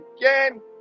again